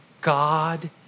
God